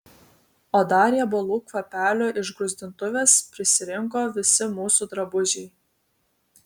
o dar riebalų kvapelio iš gruzdintuvės prisirinko visi mūsų drabužiai